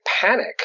panic